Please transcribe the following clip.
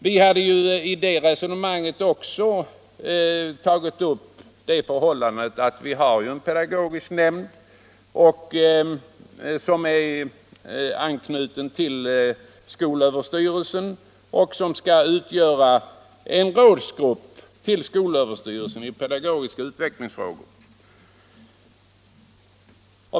Vi hade i det resonemanget också tagit upp det förhållandet att vi har en pedagogisk nämnd som är anknuten till skolöverstyrelsen och som skall utgöra en rådsgrupp för skolöverstyrelsen i pedagogiska utvecklingsfrågor.